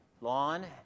lawn